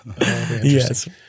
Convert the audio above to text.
Yes